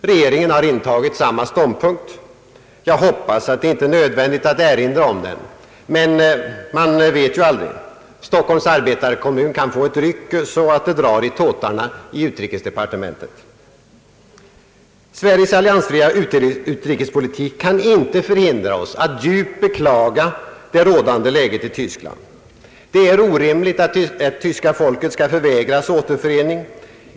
Regeringen har intagit samma ståndpunkt. Jag hoppas att det inte är nödvändigt att erinra om den, men man vet ju aldrig. Stockholms arbetarkommun kan få ett ryck så att det drar i tåtarna i utrikesdepartementet. Sveriges alliansfria utrikespolitik kan inte förhindra oss att djupt beklaga det rådande läget i Tyskland. Det är orimligt att tyska folket skall förvägras återförening.